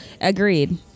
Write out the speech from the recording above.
Agreed